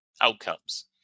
outcomes